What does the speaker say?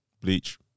Bleach